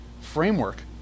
framework